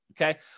okay